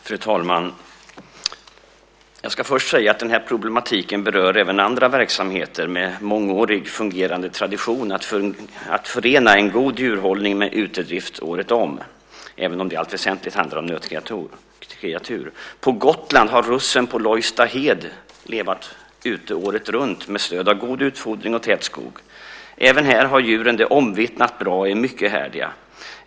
Fru talman! Problematiken berör även andra verksamheter med mångårig fungerande tradition av att förena en god djurhållning med utedrift året om, även om det i allt väsentligt handlar om nötkreatur. På Gotland har russen på Lojsta hed levt ute året runt med stöd av god utfodring och tät skog. Även här har djuren det omvittnat bra och är mycket härdiga.